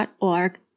org